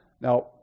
Now